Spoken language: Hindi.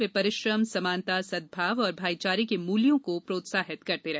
वे परिश्रम समानता सद्भाव और भाईचारे के मूल्यों को प्रोत्साहित करते रहे